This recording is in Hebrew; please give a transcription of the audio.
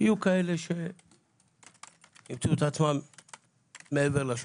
יהיו מי שימצאו עצמם מעבר לשוליים.